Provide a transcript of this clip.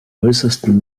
äußersten